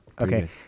Okay